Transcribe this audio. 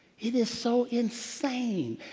it is so insane.